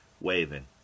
waving